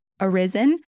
arisen